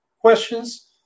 questions